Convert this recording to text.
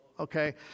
Okay